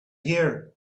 here